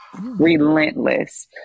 relentless